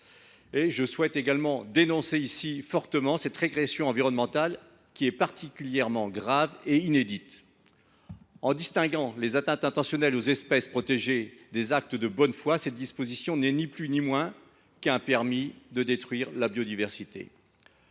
Je souhaite à mon tour dénoncer fortement cette régression environnementale, qui est particulièrement grave et inédite. Cette disposition, qui distingue les atteintes intentionnelles aux espèces protégées des actes de bonne foi, n’est ni plus ni moins qu’un permis de détruire la biodiversité.